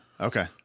okay